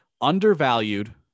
undervalued